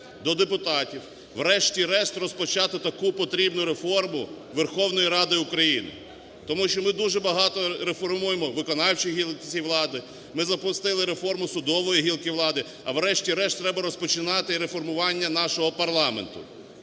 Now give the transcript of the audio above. до депутатів, врешті-решт розпочати таку потрібну реформу Верховної Ради України. Тому що ми дуже багато реформуємо в виконавчій гілці влади, ми запустили реформу судової гілки влади, а врешті-решт треба розпочинати реформування нашого парламенту.